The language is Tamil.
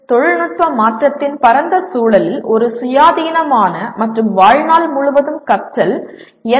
தொழில்நுட்ப மாற்றத்தின் பரந்த சூழலில் ஒரு சுயாதீனமான மற்றும் வாழ்நாள் முழுவதும் கற்றல் எல்